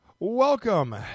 Welcome